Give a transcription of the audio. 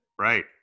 Right